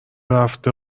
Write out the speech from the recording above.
رفته